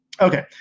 Okay